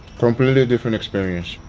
completely different experience.